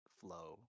flow